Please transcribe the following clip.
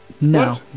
No